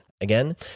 Again